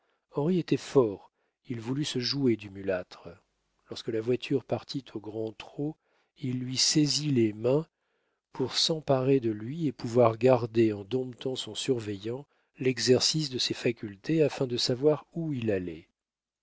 henri était fort il voulut se jouer du mulâtre lorsque la voiture partit au grand trot il lui saisit les mains pour s'emparer de lui et pouvoir garder en domptant son surveillant l'exercice de ses facultés afin de savoir où il allait